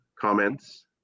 comments